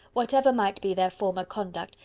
whatever might be their former conduct,